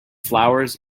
flowers